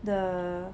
the